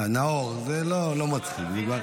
נאור, זה לא מצחיק.